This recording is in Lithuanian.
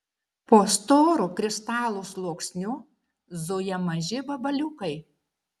po storu kristalų sluoksniu zuja maži vabaliukai